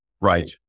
Right